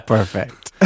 Perfect